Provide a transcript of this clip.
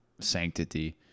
sanctity